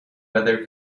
weather